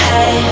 Hey